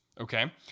okay